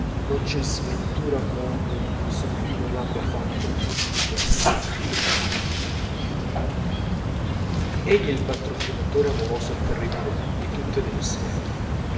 non c'è sventura al mondo su cui non abbia fatto versare delle lagrime egli è il patrocinatore amoroso e terribile di tutte le miserie